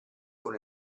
con